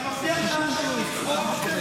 אני מבטיח מעכשיו לצעוק למולך.